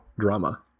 drama